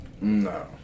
No